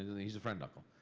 he's a friend uncle.